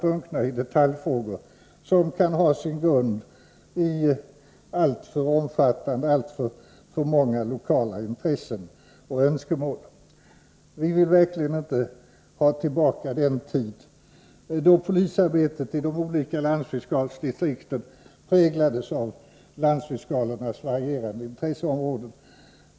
drunkna i detaljfrågor; som kan ha simgrundi; alltför omfattande, alltför många lokala intressen och önskemål. Vi vill verkligen inte ha tillbaka den tid då polisarbetet idé ölika ländsfiskalsdistriktörprägladesävlandsfiskalernas varierade ititrésseområden.